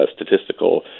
statistical